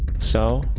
so,